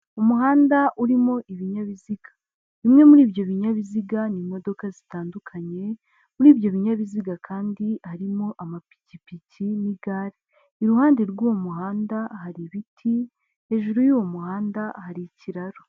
Umuhanda urimo ibinyabiziga. Bimwe muri ibyo binyabiziga ni imodoka zitandukanye, muri ibyo binyabiziga kandi harimo amapikipiki n'igare, iruhande rw'uwo muhanda hari ibiti, hejuru y'uwo muhanda hari ikiraro.